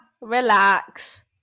relax